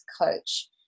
coach